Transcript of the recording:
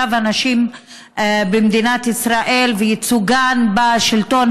מצב הנשים במדינת ישראל וייצוגן בשלטון